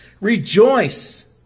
rejoice